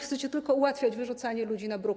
Chcecie tylko ułatwiać wyrzucanie ludzi na bruk.